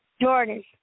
Jordan